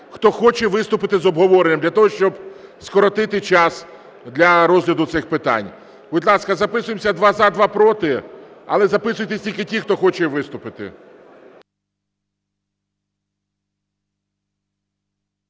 хто хоче виступити з обговоренням, для того щоб скоротити час для розгляду цих питань. Будь ласка, записуємося: два – за, два – проти, але записуйтесь тільки ті, хто хоче виступити.